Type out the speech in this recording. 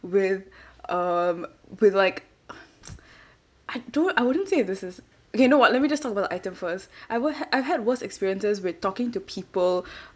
with um with like I do I wouldn't say this is okay you know what let me just talk about the item first I would I've had worse experiences with talking to people